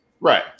Right